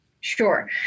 Sure